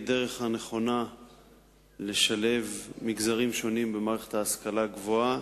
הדרך הנכונה לשלב מגזרים שונים במערכת ההשכלה הגבוהה